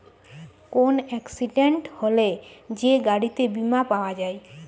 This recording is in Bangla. কোন এক্সিডেন্ট হলে যে গাড়িতে বীমা পাওয়া যায়